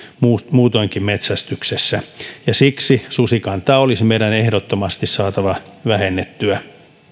muutoinkin metsästyksessä ja siksi susikantaa olisi meidän ehdottomasti saatava vähennettyä